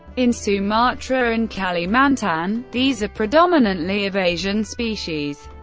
in sumatra and kalimantan, these are predominantly of asian species.